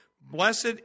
Blessed